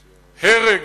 הרג,